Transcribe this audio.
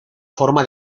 forma